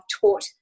taught